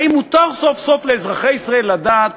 האם מותר סוף-סוף לאזרחי ישראל לדעת